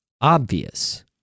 obvious